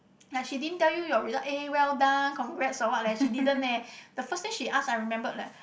like she didn't tell you your results eh well done congrats or what leh she didn't leh the first thing she ask I remembered leh